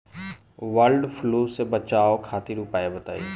वड फ्लू से बचाव खातिर उपाय बताई?